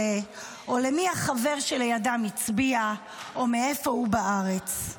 או למי החבר שלידם הצביע או מאיפה הוא בארץ.